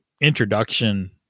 introduction